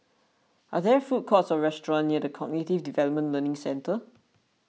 are there food courts or restaurants near the Cognitive Development Learning Centre